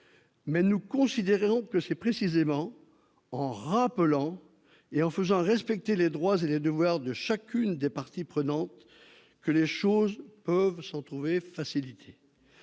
Mais nous considérons que c'est précisément en rappelant et en faisant respecter les droits et les devoirs de chacune des parties prenantes que les choses pourront se trouver facilitées,